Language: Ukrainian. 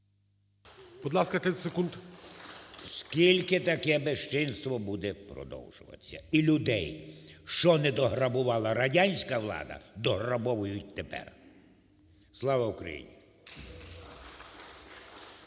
Скільки таке безчинство буде продовжуватися? І людей що не дограбувала радянська влада – дограбовують тепер. Слава Україні!